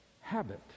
habit